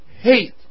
hate